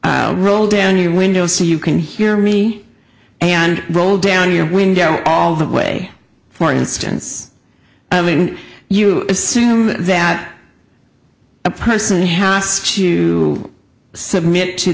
g roll down your window so you can hear me and roll down your window all the way for instance i mean you assume that a person has to submit to